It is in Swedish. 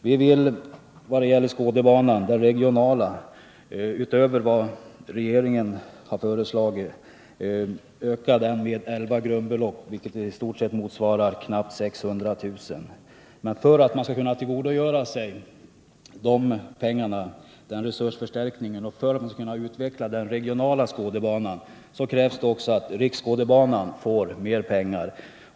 Vi vill vad det gäller Skådebanan och det regionala stödet utöver vad regeringen föreslagit öka stödet med elva grundbelopp, vilket i stort sett motsvarar 600 000 kr. För att Skådebanan skall kunna tillgodogöra sig denna resursförstärkning och utveckla den regionala verksamheten krävs det emellertid också att Riksskådebanan får mer pengar.